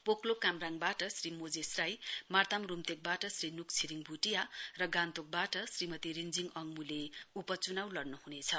पोकलोक कामराङ वाट मोजेस राई मार्ताम रुम्तेकवाट श्री नुक छिरिङ भुटिया र गान्तोकवाट श्रीमती रिन्जिञ अङमूले उप चुनाउ लड़नुहुनेछ